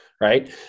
Right